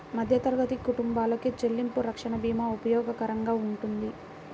మధ్యతరగతి కుటుంబాలకి చెల్లింపు రక్షణ భీమా ఉపయోగకరంగా వుంటది